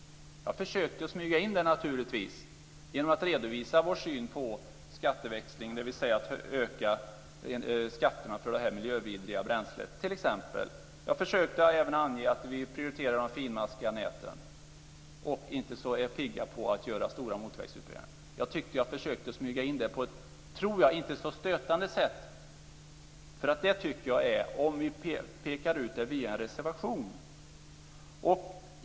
Jag försökte naturligtvis smyga in det här genom att redovisa vår syn på skatteväxling, dvs. att öka skatterna för det här miljövidriga bränslet. Jag försökte även att ange att vi prioriterar de finmaskiga näten och inte är så pigga på att göra stora motorvägsutbyggnader. Jag försökte smyga in det på ett, tror jag, inte så stötande sätt, vilket jag tycker att det är om man pekar ut det via en reservation.